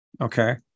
Okay